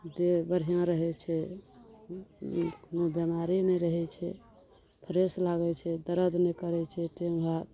देह बढ़िऑं रहै छै कोनो बेमारी नहि रहै छै फ्रेश लागै छै दर्द नहि करै छै टाइम भात